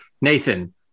Nathan